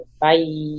Bye